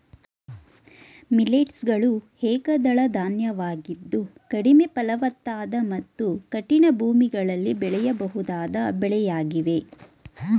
millets ಗಳು ಏಕದಳ ಧಾನ್ಯವಾಗಿದ್ದು ಕಡಿಮೆ ಫಲವತ್ತಾದ ಮತ್ತು ಕಠಿಣ ಭೂಮಿಗಳಲ್ಲಿ ಬೆಳೆಯಬಹುದಾದ ಬೆಳೆಯಾಗಿವೆ